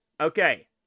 Okay